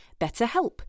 BetterHelp